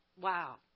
Wow